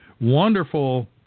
wonderful